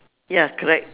ya correct